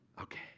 Okay